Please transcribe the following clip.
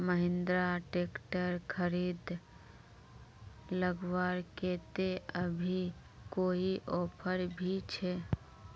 Mahindra tractor खरीद लगवार केते अभी कोई ऑफर भी छे?